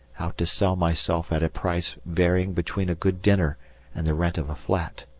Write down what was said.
out to sell myself at a price varying between a good dinner and the rent of a flat!